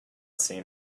seen